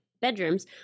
bedrooms